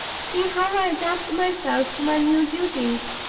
see how i adapt myself to my new duties!